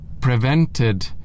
prevented